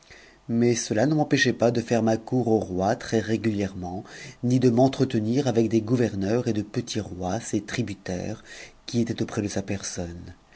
mais cela t m'empêchait pas de faire ma cour au roi très régulièrement ni de m'entretenir avec des gouverneurs et de petits rois ses tributaires qui étaient auprès de sa personne